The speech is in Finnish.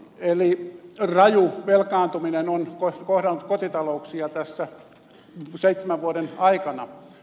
eli raju velkaantuminen on kohdannut kotitalouksia tässä seitsemän vuoden aikana